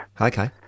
Okay